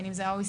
בחלקו,